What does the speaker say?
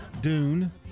Dune